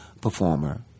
performer